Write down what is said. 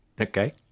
okay